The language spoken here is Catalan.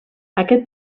aquest